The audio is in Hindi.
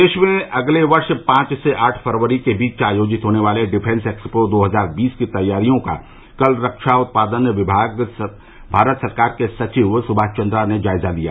प्रदेश में अगले वर्ष पांच से आठ फरवरी के बीच आयोजित होने वाले डिफॅस एक्सपो दो हजार बीस की तैयारियों का कल रक्षा उत्पादन विमाग भारत सरकार के सचिव सुभाष चन्द्रा ने जायजा लिया